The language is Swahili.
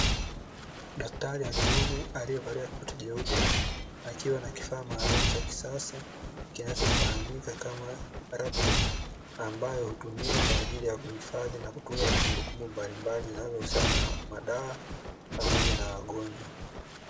Daktari wa kiume aliyevalia koti jeupe, akiwa na kifaa maalumu cha kisasa, kinachofahamika kama kompyuta mpakato, ambayo hutumiwa kwa ajili ya kuhifadhi na kutunza kumbukumbu mbalimbali zinazohusiana na madawa, pamoja na wagonjwa.